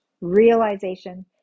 realization